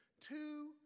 Two